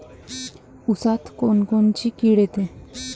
ऊसात कोनकोनची किड येते?